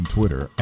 Twitter